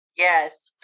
Yes